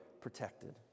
protected